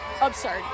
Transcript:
absurd